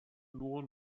nur